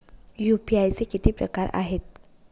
UPI चे किती प्रकार आहेत?